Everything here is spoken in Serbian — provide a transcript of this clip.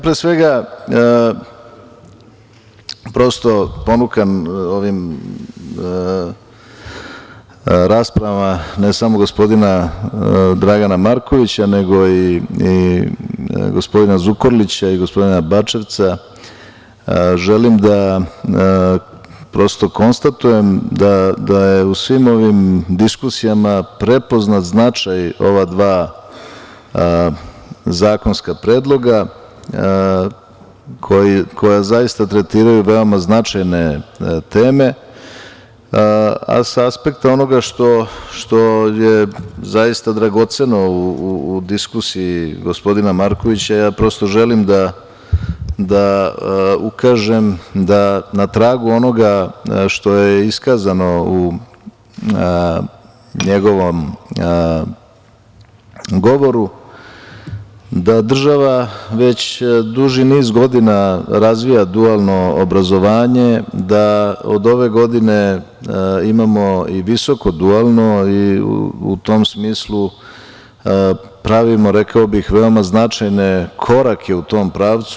Pre svega, prosto ponukan ovim raspravama, ne samo gospodina Dragana Markovića, nego i gospodina Zukorlića i gospodina Bačevca, želim da konstatujem da je u svim ovim diskusijama prepoznat značaj ova dva zakonska predloga koja zaista tretiraju veoma značajne teme, a sa aspekta onoga što je zaista dragoceno u diskusiji gospodina Markovića, prosto želim da ukažem da na tragu onoga što je iskazano u njegovom govoru, da država već duži niz godina razvija dualno obrazovanje, da od ove godine imamo i visoko dualno i u tom smislu pravimo, rekao bih veoma značajne korake u tom pravcu.